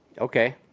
Okay